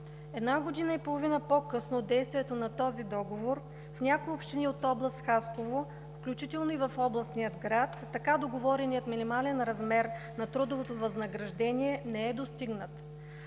Година и половина по-късно от действието на този договор в някои общини на област Хасково, включително и в областния град, така договореният минимален размер на трудовото възнаграждение не е достигнат.